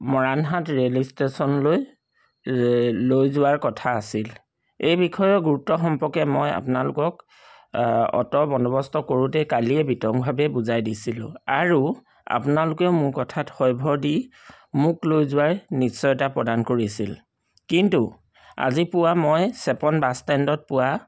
Moranhat rail ইষ্টেশ্যনলৈ লৈ যোৱাৰ কথা আছিল এই বিষয়ৰ গুৰুত্ব সম্পৰ্কে মই আপোনালোকক অটো বন্দবস্ত কৰোঁতে কালিয়ে বিতংভাৱে বুজাই দিছিলোঁ আৰু আপোনালোকেও মোৰ কথাত হয়ভৰ দি মোক লৈ যোৱাই নিশ্চতা প্ৰদান কৰিছিল কিন্তু আজি পুৱাই মই চেপন বাছ ষ্টেণ্ডত পুৱা